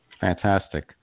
Fantastic